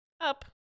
Up